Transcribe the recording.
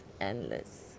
endless